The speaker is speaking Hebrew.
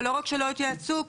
ולא רק שלא התייעצו,